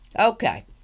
Okay